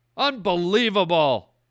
Unbelievable